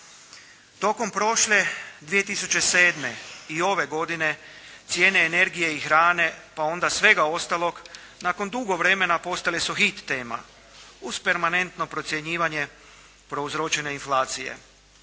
Tokom prošle 2007. i ove godine cijene energije i hrane, pa onda svega ostalog nakon dugo vremena postale su hit tema, uz permanentno procjenjivanje prouzročene inflacije.